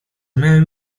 miałem